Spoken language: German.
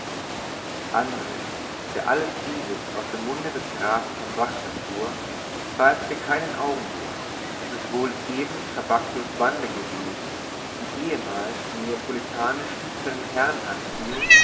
andres der alles dieses aus dem munde des grafen von vach erfuhr zweifelte keinen augenblick daß es wohl eben trabacchios bande gewesen die ehemals im neapolitanischen seinen herrn anfiel